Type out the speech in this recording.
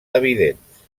evidents